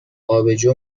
آبجو